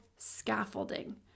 scaffolding